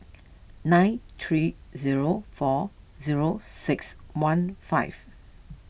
nine three zero four zero six one five